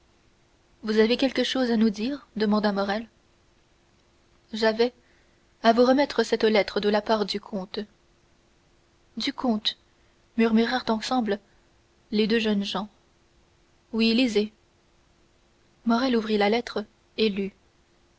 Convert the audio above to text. vous avez quelque chose à nous dire demanda morrel j'avais à vous remettre cette lettre de la part du comte du comte murmurèrent ensemble les deux jeunes gens oui lisez morrel ouvrit la lettre et